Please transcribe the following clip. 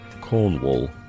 Cornwall